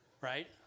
right